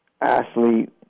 athlete